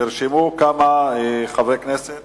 נרשמו כמה חברי כנסת